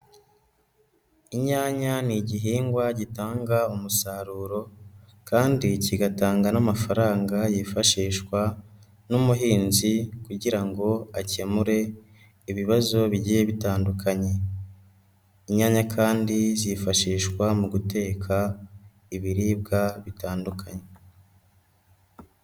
Inyanya ni igihingwa gitanga umusaruro kandi kigatanga n'amafaranga yifashishwa n'umuhinzi kugira ngo akemure ibibazo bigiye bitandukanye. Inyanya kandi zifashishwa mu guteka ibiribwa bitandukanye.